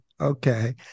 okay